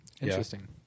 interesting